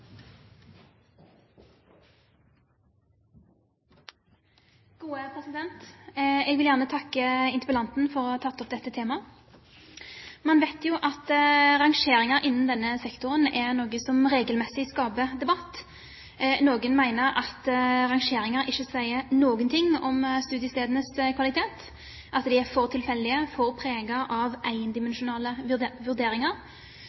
gode nok, blir selvfølgelig neste spørsmål: Hva gjør vi for å bli enda bedre? Det ligger der som et utgangspunkt for videre politisk arbeid og det som skjer i Vitenskapens år. Jeg vil gjerne takke interpellanten for å ha tatt opp dette temaet. Man vet jo at rangeringer innen denne sektoren er noe som regelmessig skaper debatt. Noen mener at